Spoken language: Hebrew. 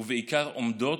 ובעיקר עומדות,